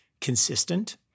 consistent